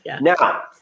Now